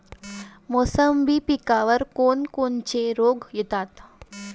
मोसंबी पिकावर कोन कोनचे रोग येतात?